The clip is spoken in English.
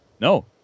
No